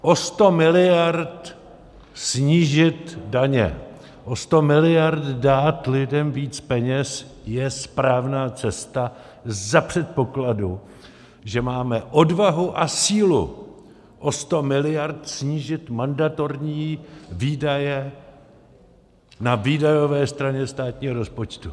O 100 miliard snížit daně, o 100 miliard dát lidem víc peněz je správná cesta za předpokladu, že máme odvahu a sílu o 100 miliard snížit mandatorní výdaje na výdajové straně státního rozpočtu.